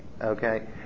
okay